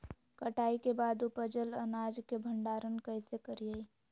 कटाई के बाद उपजल अनाज के भंडारण कइसे करियई?